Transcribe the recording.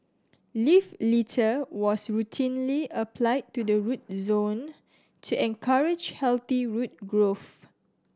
leaf litter was routinely applied to the root zone to encourage healthy root growth